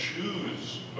choose